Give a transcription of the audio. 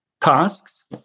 tasks